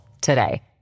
today